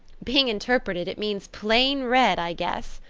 being interpreted it means plain red, i guess,